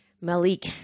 Malik